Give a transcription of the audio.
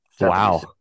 wow